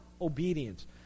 obedience